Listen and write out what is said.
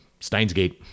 Steinsgate